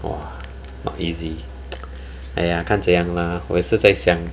!wah! not easy !aiya! 看怎样 lah 我也是在想